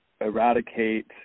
eradicate